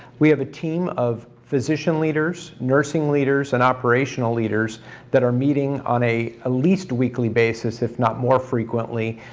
we have a team of physician leaders, nursing leaders and operational leaders that are meeting on at ah least weekly basis, if not more frequently,